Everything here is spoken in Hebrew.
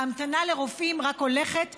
ההמתנה לרופאים רק הולכת וגדלה.